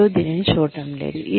ఎవరూ దీనిని చూడటం లేదు